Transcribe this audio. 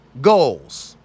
goals